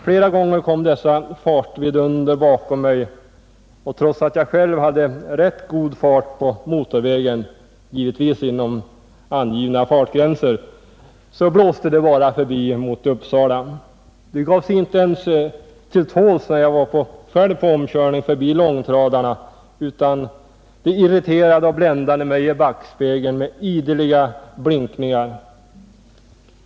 Flera gånger kom dessa fartvidunder bakom mig, och trots att jag själv hade rätt god fart på motorvägen mot Uppsala — givetvis inom angivna fartgränser — blåste de bara förbi. De gav sig inte ens till tåls när jag själv var på omkörning förbi långtradare, utan de irriterade och bländade mig i backspegeln med sina ideliga blinkningar.